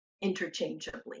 interchangeably